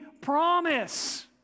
promise